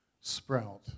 sprout